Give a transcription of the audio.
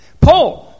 Paul